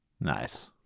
Nice